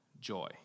joy